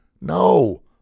No